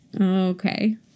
Okay